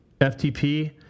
FTP